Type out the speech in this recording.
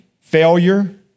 failure